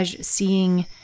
seeing